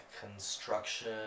construction